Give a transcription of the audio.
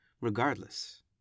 Regardless